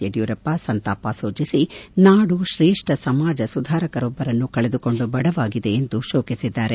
ಯಡಿಯೂರಪ್ಪ ಸಂತಾಪ ಸೂಚಿಸಿ ನಾಡು ಶ್ರೇಷ್ಠ ಸಮಾಜ ಸುಧಾರಕರೊಬ್ಬರನ್ನು ಕಳೆದುಕೊಂಡು ಬಡವಾಗಿದೆ ಎಂದು ಶೋಕಿಸಿದ್ದಾರೆ